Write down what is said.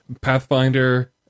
Pathfinder